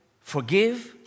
Forgive